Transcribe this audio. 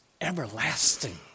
everlasting